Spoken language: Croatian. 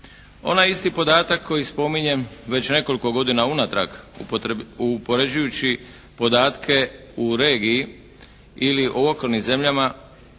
Onaj isti podatak koji spominjem već nekoliko godina unatrag uspoređujući podatke u regiji ili u okolnim zemljama,